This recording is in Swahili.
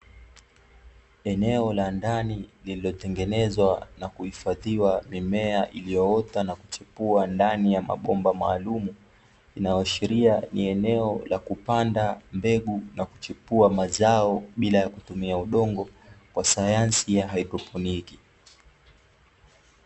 Eneo la ndani lililotengezwa na kuhifadhiwa mimea iliyoota na kuchepua ndani ya mabomba maalumu inayoashiria ni eneo la kupanda mbegu na kuchepua mazao bila ya kutumia udongo kwa sayansi ya haidroponiki.